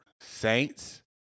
Saints